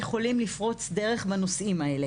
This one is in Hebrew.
יכולים לפרוץ דרך בנושאים האלה.